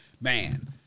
Man